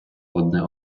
одне